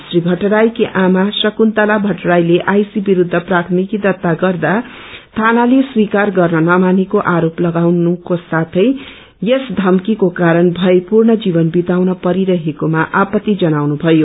श्री भट्टराईकी आमा शकुन्तला भट्टराईले आईसी विरूद्ध प्राथमिकी दर्ता गर्दा धानाले स्वीकार गर्न नमानेको आरोप लगाउनुका साथै यस षम्कीको कारण भयपूर्ण जीवन विताउन परेकोमा आपत्ति जनाउनुथयो